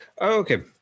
Okay